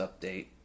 update